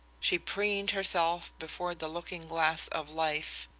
she preened herself before the looking-glass of life,